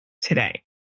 today